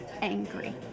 angry